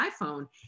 iPhone